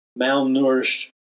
malnourished